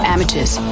Amateurs